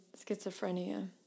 schizophrenia